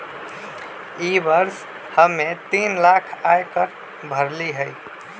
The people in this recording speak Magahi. ई वर्ष हम्मे तीन लाख आय कर भरली हई